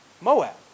Moab